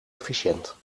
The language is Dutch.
efficiënt